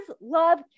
love